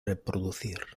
reproducir